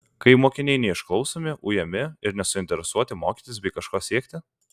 kai mokiniai neišklausomi ujami ir nesuinteresuoti mokytis bei kažko siekti